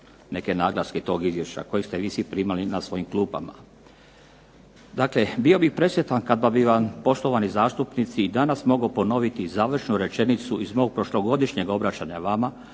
neke naglaske tog Izvješća koje ste vi svi primili na svojim klupama. Dakle, bio bih presretan kada bih vam poštovani zastupnici i danas mogao ponoviti završnu rečenicu iz mog prošlogodišnjeg obraćanja vama